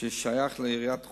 ששייך לעיריית חולון,